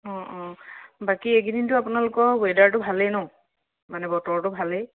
অঁ অঁ বাকী এইকেইদিনটো আপোনালোকৰ ৱেডাৰটো ভালেই ন মানে বতৰটো ভালেই